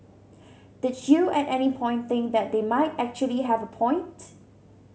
did you at any point think that they might actually have a point